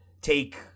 take